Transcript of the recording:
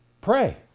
pray